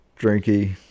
drinky